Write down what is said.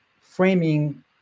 framing